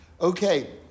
okay